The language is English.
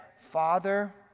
Father